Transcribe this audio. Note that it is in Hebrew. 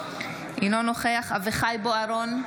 אינו נוכח אביחי אברהם בוארון,